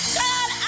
god